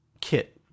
Kit